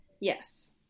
yes